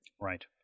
right